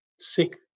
sick